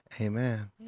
Amen